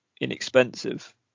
inexpensive